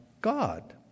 God